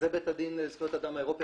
זה בית הדין לזכויות אדם האירופי,